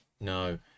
No